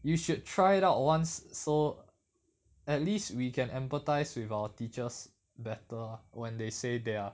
you should try it out once so at least we can empathise with our teachers better when they say they are